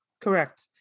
correct